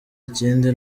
ikindi